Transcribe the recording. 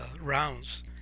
rounds